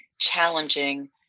challenging